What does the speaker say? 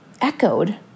echoed